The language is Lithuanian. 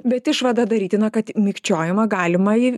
bet išvada darytina kad mikčiojimą galima jį